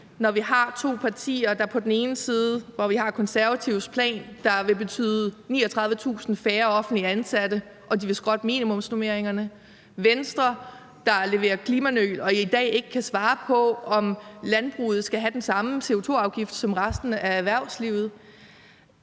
når vi har to partier, hvor vi på den ene side har De Konservative, som har en plan, der vil betyde 39.000 færre offentligt ansatte, og de vil skrotte minimumsnormeringerne, og hvor vi på den anden side har Venstre, der leverer klimanøl og i dag ikke kan svare på, om landbruget skal have den samme CO2-afgift som resten af erhvervslivet?